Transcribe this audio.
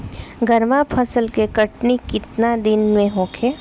गर्मा फसल के कटनी केतना दिन में होखे?